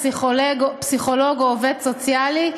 פסיכולוג או עובד סוציאלי,